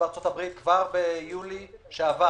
בארצות הברית כבר ביולי שעבר